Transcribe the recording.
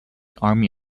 army